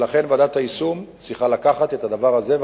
ולכן ועדת היישום צריכה לקחת את הדבר הזה,